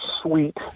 sweet